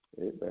Amen